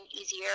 easier